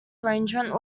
arrangement